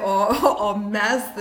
o o o mes